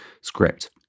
script